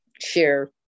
share